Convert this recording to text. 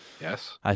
Yes